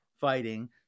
fighting